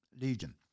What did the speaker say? Legion